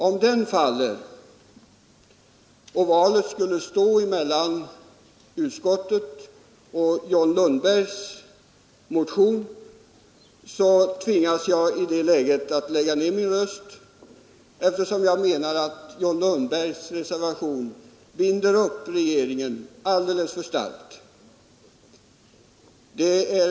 Om den faller och valet skulle stå mellan utskottets hemställan och John Lundbergs motion, tvingas jag att lägga ned min röst, eftersom jag menar att John Lundbergs motion binder upp regeringen alltför starkt.